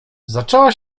zaczęła